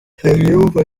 nsengiyumva